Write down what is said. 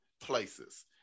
places